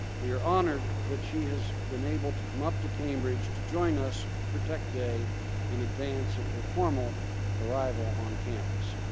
we are honored that she has been able to come up to cambridge to join us for tech day in advance of her formal arrival on campus.